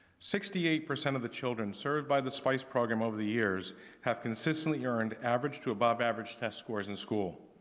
sixty eight percent of the children served by the spice program over the years have consistently earned average to above average test scores in school.